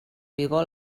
vigor